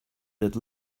that